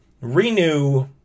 renew